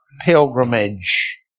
pilgrimage